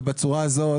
ובצורה הזאת,